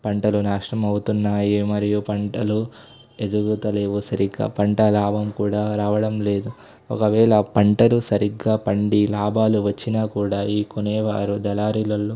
పంటలు నాశనం అవుతున్నాయి మరియు పంటలు ఎదగటం లేవు సరిగ్గా పంట లాభం కూడా రావడంలేదు ఒకవేళ పంటలు సరిగ్గా పండి లాభాలు వచ్చినా కూడా ఈ కొనేవారు దళారీలు